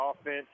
offense